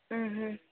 ହୁଁ ହୁଁ